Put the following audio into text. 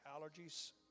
Allergies